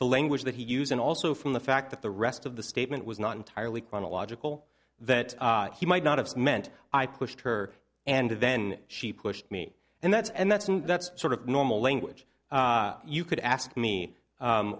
the language that he used and also from the fact that the rest of the statement was not entirely chronological that he might not have meant i pushed her and then she pushed me and that's and that's and that's sort of normal language you could ask me